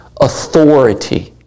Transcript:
authority